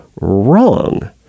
wrong